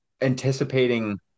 anticipating